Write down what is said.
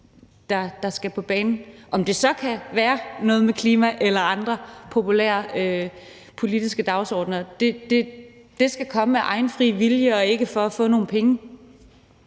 synes skal på banen. Det kan så være noget med klima eller andre populære politiske dagsordener, men det skal komme af egen fri vilje og ikke for at få nogle penge.